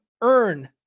earn